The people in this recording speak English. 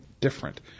different